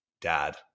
dad